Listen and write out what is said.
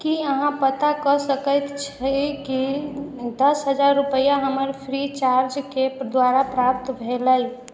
की अहाँ पता कए सकैत छै जे कि दश हजार रुपैआ हमर फ्रीचार्ज के द्वारा प्राप्त भेलै